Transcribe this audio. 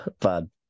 bad